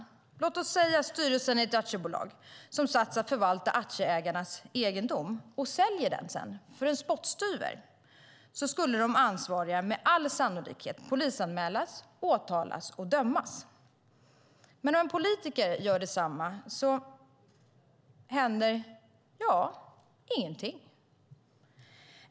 Om styrelsen i ett aktiebolag, som satts att förvalta aktieägarnas egendom, säljer egendomen för en spottstyver skulle de ansvariga med all sannolikhet polisanmälas, åtalas och dömas. Men om en politiker gör detsamma händer ingenting.